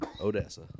Odessa